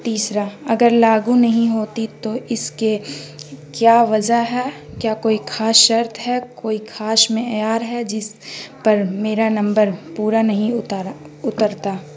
تیسرا اگر لاگو نہیں ہوتی تو اس کے کیا وجہ ہے کیا کوئی خاص شرط ہے کوئی خاص معیار ہے جس پر میرا نمبر پورا نہیں اتارا اترتا